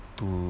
to